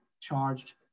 charged